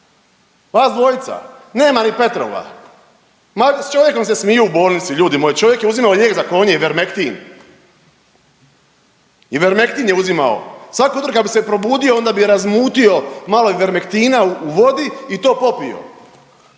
vas dvojica, nema ni Petrova, mada s čovjekom se smiju u bolnici ljudi moji, čovjek je uzimao lijek za konje Ivermektin, Ivermektin je uzimao. Svako jutro kad bi se probudio onda bi razmutio malo Ivermektina u vodi i to popio,